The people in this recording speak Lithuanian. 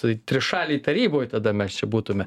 tai trišalėj taryboj tada mes čia būtume